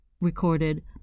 recorded